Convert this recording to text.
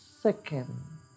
second